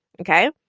okay